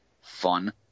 Fun